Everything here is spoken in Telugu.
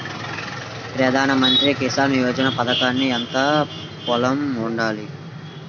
ప్రధాన మంత్రి కిసాన్ యోజన పథకానికి ఎంత పొలం ఉండాలి?